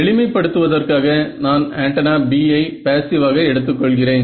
எளிமை படுத்துவதற்காக நான் ஆண்டனா B யை பேஸிவ்வாக எடுத்து கொள்கிறேன்